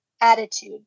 attitude